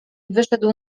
wyszedł